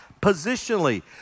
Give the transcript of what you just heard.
positionally